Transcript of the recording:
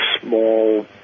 small